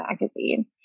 magazine